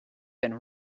been